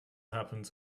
happens